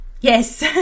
Yes